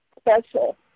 special